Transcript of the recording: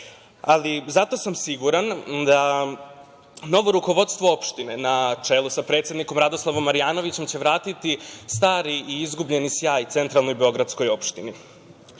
ali zato sam siguran da novo rukovodstvo opštine na čelu sa predsednikom Radoslavom Marjanovićem će vratiti stari i izgubljeni sjaj centralnoj beogradskoj opštini. Sve